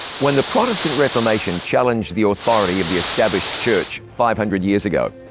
when the protestant reformation challenged the authority of the established church five hundred years ago,